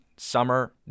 Summer